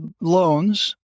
loans